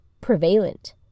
prevalent